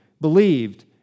believed